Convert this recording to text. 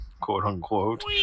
quote-unquote